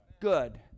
good